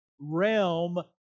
realm